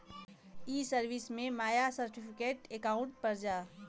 ई सर्विस में my certificate account पर जा